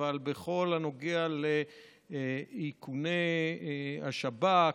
אבל בכל הנוגע לאיכוני השב"כ,